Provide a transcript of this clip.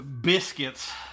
biscuits